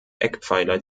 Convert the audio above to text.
eckpfeiler